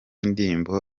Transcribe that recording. ndirimbo